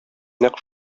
нәкъ